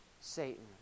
Satan